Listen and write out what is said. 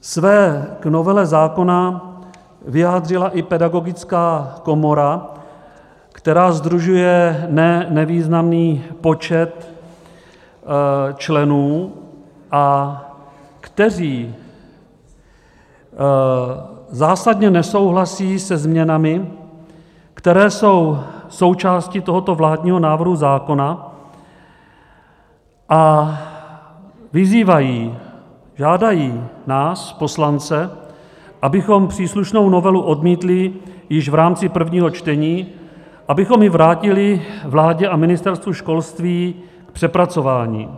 Své k novele zákona vyjádřila i Pedagogická komora, která sdružuje ne nevýznamný počet členů, kteří zásadně nesouhlasí se změnami, které jsou součástí tohoto vládního návrhu zákona, a vyzývají, žádají nás poslance, abychom příslušnou novelu odmítli již v rámci prvního čtení, abychom ji vrátili vládě a Ministerstvu školství k přepracování.